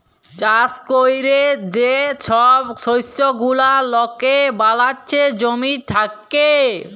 চাষ ক্যরে যে ছব শস্য গুলা লকে বালাচ্ছে জমি থ্যাকে